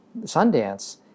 Sundance